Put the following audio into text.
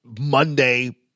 Monday